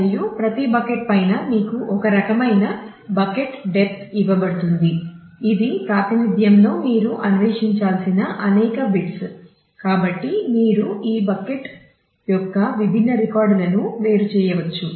మరియు ప్రతి బకెట్ పైన మీకు ఒక రకమైన బకెట్ డెప్త్ కాబట్టి మీరు ఈ బకెట్ యొక్క విభిన్న రికార్డులను వేరు చేయవచ్చు